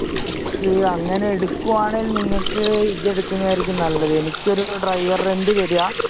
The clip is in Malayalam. ഇല്ല അങ്ങനെ എടുക്കുകയാണെങ്കിൽ നിങ്ങൾക്ക് ഇത് എടുക്കുന്നതായിരിക്കും നല്ലത് എനിക്ക് ഒരു ഡ്രൈവർ റെൻറ് തരിക